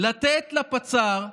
לתת לפצ"ר,